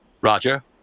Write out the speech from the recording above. Roger